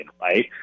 right